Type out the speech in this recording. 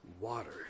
water